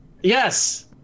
Yes